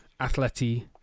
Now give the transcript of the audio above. Atleti